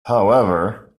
however